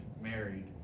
married